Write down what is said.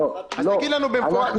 אז תגיד לנו במפורש.